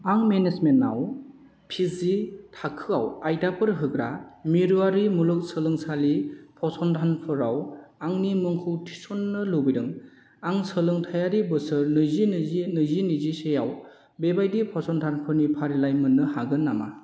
आं मेनेजमेन्टआव P G थाखोआव आयदाफोर होग्रा मिरुआरि मुलुगसोंलोंसालि फसंथानफोराव आंनि मुंखौ थिसन्नो लुबैदों आं सोलोंथायारि बोसोर नैजि नैजि नैजि नैजिसेआव बेबायदि फसंथानफोरनि फारिलाइ मोन्नो हागोन नामा